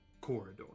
corridor